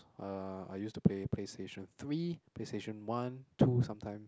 uh I used to play PlayStation three PlayStation one two sometimes